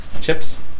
Chips